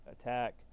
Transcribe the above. attack